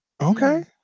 Okay